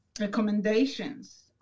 recommendations